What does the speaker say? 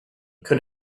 could